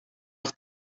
nog